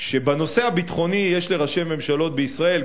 שבנושא הביטחוני יש לראשי ממשלות בישראל,